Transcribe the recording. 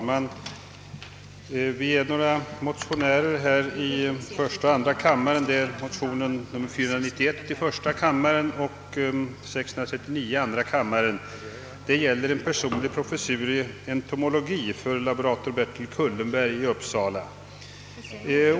Herr talman! Det föreligger här två motioner, I: 491 och II: 639, om en personlig professur i entomologi för laborator Bertil Kullenberg i Uppsala.